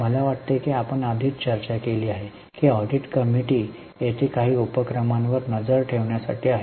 मला वाटते की आपण आधीच चर्चा केली आहे की ऑडिट कमिटी येथे उपक्रमांवर नजर ठेवण्यासाठी आहे